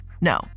no